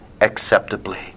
acceptably